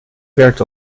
werkt